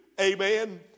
amen